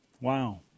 wow